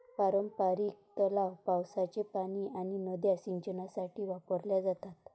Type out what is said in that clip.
पारंपारिकपणे, तलाव, पावसाचे पाणी आणि नद्या सिंचनासाठी वापरल्या जातात